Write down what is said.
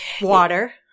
Water